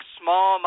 small